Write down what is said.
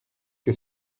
que